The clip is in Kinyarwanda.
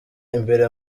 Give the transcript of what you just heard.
imbere